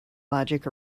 logic